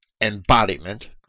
embodiment